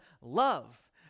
love